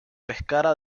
pescara